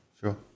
Sure